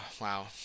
Wow